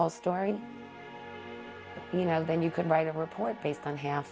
whole story you know then you can write a report based on half